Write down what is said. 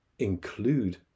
include